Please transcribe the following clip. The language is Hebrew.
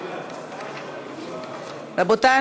רבותי,